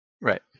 right